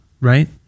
right